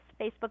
Facebook